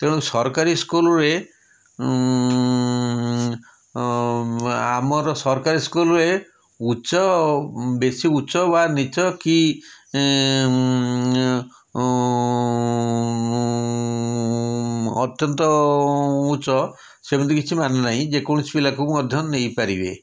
ତେଣୁ ସରକାରୀ ସ୍କୁଲ୍ରେ ଆମର ସରକାରୀ ସ୍କୁଲ୍ରେ ଉଚ୍ଚ ବେଶୀ ଉଚ୍ଚ ବା ନୀଚ୍ଚ କି ଅତ୍ୟନ୍ତ ଉଚ୍ଚ ସେମିତି କିଛି ମାନେ ନାହିଁ ଯେକୌଣସି ପିଲାଙ୍କୁ ମଧ୍ୟ ନେଇପାରିବେ